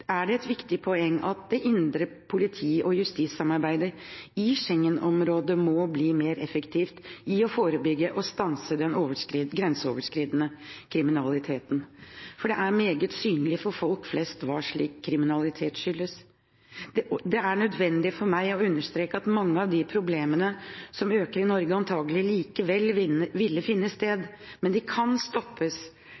et viktig poeng at det indre politi- og justissamarbeidet i Schengen-området må bli mer effektivt for å forebygge og stanse den grenseoverskridende kriminaliteten. Det er meget synlig for folk flest hva slik kriminalitet skyldes. Det er nødvendig for meg å understreke at mange av de problemene som øker i Norge, antakelig likevel ville funnet sted,